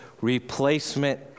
replacement